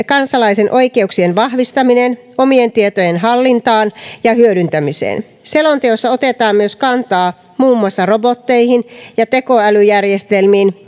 kansalaisen oikeuksien vahvistaminen omien tietojen hallintaan ja hyödyntämiseen selonteossa otetaan myös kantaa muun muassa robotteihin ja tekoälyjärjestelmiin